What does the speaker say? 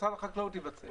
משרד החקלאות יבצע.